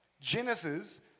Genesis